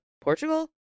Portugal